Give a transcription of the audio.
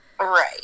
Right